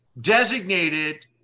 designated –